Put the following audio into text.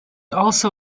also